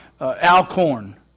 Alcorn